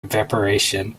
evaporation